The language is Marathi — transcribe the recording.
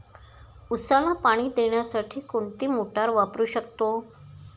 उसाला पाणी देण्यासाठी कोणती मोटार वापरू शकतो?